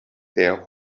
their